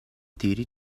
theory